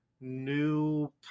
new